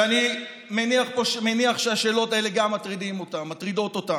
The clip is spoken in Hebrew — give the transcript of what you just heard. שאני מניח שהשאלות האלה מטרידות גם אותם.